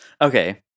Okay